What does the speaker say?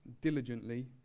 diligently